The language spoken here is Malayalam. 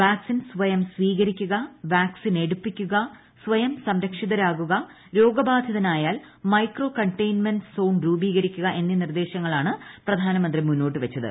വാക്സിൻ സ്വയം സ്വീകരിക്കുക വാക്സിൻ എടുപ്പിക്കുക സ്വയം സുരക്ഷിതരാകുക രോഗബാധിതനായാൽ മൈക്രോ ്കണ്ടയ്ൻമെന്റ് സോൺ രൂപീകരിക്കുക എന്നീ നിർദ്ദേശങ്ങളാണ് പ്രധാനമന്ത്രി മുന്നോട്ട് വച്ചത്